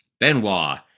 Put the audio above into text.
Benoit